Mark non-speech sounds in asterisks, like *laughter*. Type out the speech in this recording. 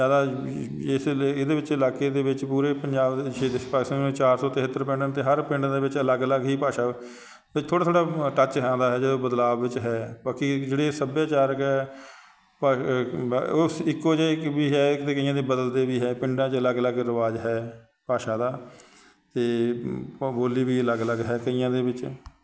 ਜ਼ਿਆਦਾ ਇ ਇਸ ਲੇ ਇਹਦੇ ਵਿੱਚ ਇਲਾਕੇ ਦੇ ਵਿੱਚ ਪੂਰੇ ਪੰਜਾਬ *unintelligible* ਚਾਰ ਸੌ ਤਿਹੱਤਰ ਪਿੰਡ ਹਨ ਅਤੇ ਹਰ ਪਿੰਡ ਦੇ ਵਿੱਚ ਅਲੱਗ ਅਲੱਗ ਹੀ ਭਾਸ਼ਾ ਵਿੱਚ ਥੋੜ੍ਹਾ ਥੋੜ੍ਹਾ ਟੱਚ ਹੈ ਆਉਂਦਾ ਹੈ ਜਦੋਂ ਬਦਲਾਵ ਵਿੱਚ ਹੈ ਬਾਕੀ ਜਿਹੜੇ ਸੱਭਿਆਚਾਰਕ ਹੈ *unintelligible* ਉਸ ਇੱਕੋ ਜਿਹੇ ਵੀ ਹੈ ਕਿਤੇ ਕਈਆਂ ਦੇ ਬਦਲਦੇ ਵੀ ਹੈ ਪਿੰਡਾਂ 'ਚ ਅਲੱਗ ਅਲੱਗ ਰੁਆਜ਼ ਹੈ ਭਾਸ਼ਾ ਦਾ ਅਤੇ ਪ ਬੋਲੀ ਵੀ ਅਲੱਗ ਅਲੱਗ ਹੈ ਕਈਆਂ ਦੇ ਵਿੱਚ